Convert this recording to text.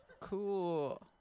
Cool